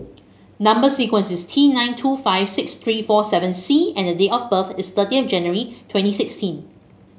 number sequence is T nine two five six three four seven C and the date of birth is thirty of January twenty sixteen